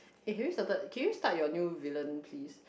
eh can you settle can you start your new Villain please